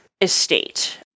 estate